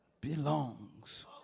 belongs